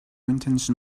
intention